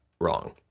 wrong